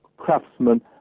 craftsmen